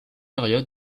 période